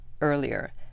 earlier